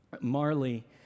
Marley